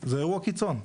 זה אירוע קיצון.